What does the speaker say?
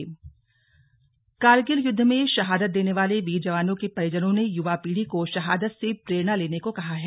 slug शहीद परिजन कारगिल युद्ध में शहादत देने वाले वीर जवानों के परिजनों ने युवा पीढ़ी को शहादत से प्रेरणा लेने को कहा है